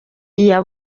iya